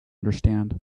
understand